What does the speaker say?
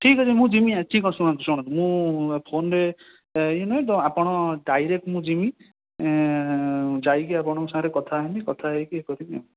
ଠିକ୍ ଅଛି ମୁଁ ଜିମି ଠିକ୍ଅଛି ଶୁଣନ୍ତୁ ଶୁଣନ୍ତୁ ମୁଁ ଫୋନରେ ଇଏ ନୁହେଁ ଆପଣ ଡାଇରେକ୍ଟ ମୁଁ ଜିମି ଯାଇକି ଆପଣଙ୍କ ସାଙ୍ଗରେ କଥା ହେବି କଥା ହେଇକି ଇଏ କରିବି ଆଉ